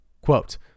quote